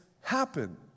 happen